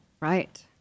Right